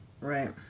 Right